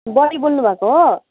body बोल्नु भएको हो